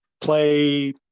play